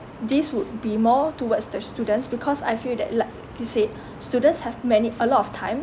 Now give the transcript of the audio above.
this would be more towards the students because I feel that like you said students have many a lot of time